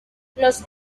los